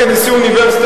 כנשיא אוניברסיטה,